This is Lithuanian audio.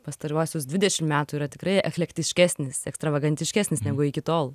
pastaruosius dvidešim metų yra tikrai eklektiškesnis ekstravagantiškesnis negu iki tol